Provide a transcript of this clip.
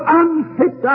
unfit